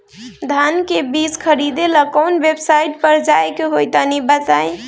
धान का बीज खरीदे ला काउन वेबसाइट पर जाए के होई तनि बताई?